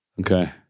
Okay